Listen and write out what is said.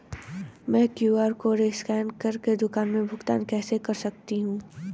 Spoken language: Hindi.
मैं क्यू.आर कॉड स्कैन कर के दुकान में भुगतान कैसे कर सकती हूँ?